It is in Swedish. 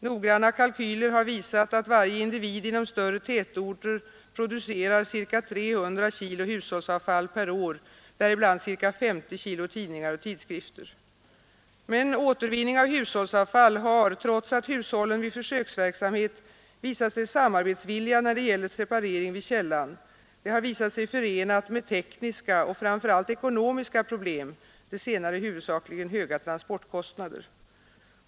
Noggranna kalkyler har visat att varje individ inom större tätorter producerar ca 300 kg hushållsavfall per år, däribland ca 50 kg tidningar och tidskrifter. Men återvinning av hushållsavfall har, trots att hushållen vid försöksverksamhet visat sig samarbetsvilliga när det gäller separering vid källan, visat sig förenad med tekniska och framför allt ekonomiska problem, det senare huvudsakligen höga transportkostnader.